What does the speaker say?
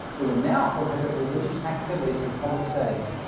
it would now prohibit religious activities in public settings.